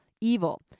evil